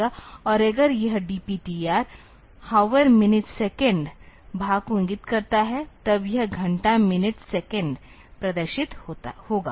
और अगर यह डीपीटीआर हौवेर मिनट सेकंड भाग को इंगित करता है तब यह घंटा मिनट सेकेंड प्रदर्शित होगा